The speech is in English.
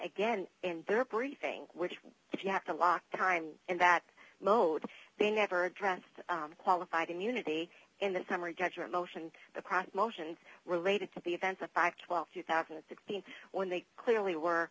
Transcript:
gain in their briefing which if you have to lock time in that mode they never address the qualified immunity in the summary judgment motion and the cross motions related to the events of fact th two thousand and sixteen when they clearly were